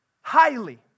highly